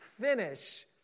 finish